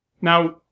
Now